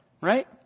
right